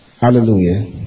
Hallelujah